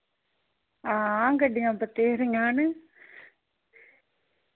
हां गड्डियां बथ्हेरियां न